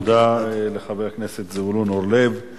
תודה לחבר הכנסת זבולון אורלב.